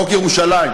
חוק ירושלים,